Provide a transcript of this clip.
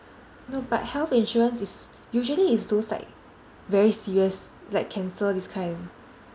no but health insurance is usually it's those like very serious like cancer this kind